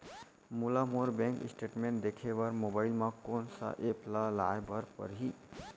मोला मोर bank statement देखे बर मोबाइल मा कोन सा एप ला लाए बर परही?